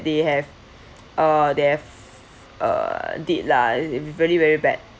they have uh they've uh did lah really really bad